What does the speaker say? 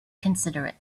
considerate